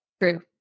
True